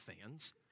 fans